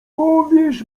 powiesz